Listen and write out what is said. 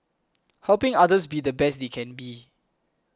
helping others be the best they can be